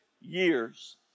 years